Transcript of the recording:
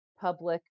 public